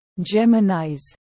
gemini's